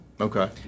Okay